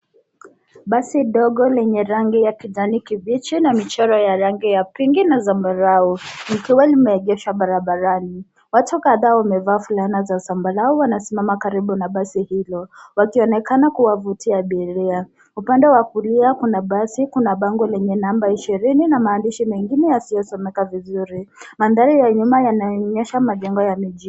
Basi dogo lenye rangi ya kijani kibichi na michoro ya rangi ya pinki na zambarau likiwa limeegeshwa barabarani. Watu kadhaa wamevaa fulana za zambarau wanasimama karibu na basi hilo wakionekana kuwavutia abiria. Upande wa kulia kuna basi, kuna bango lenye namba 20 na maandishi mengine yasiyosomeka vizuri. Mandhari ya nyuma yanaonyesha majengo ya mijini.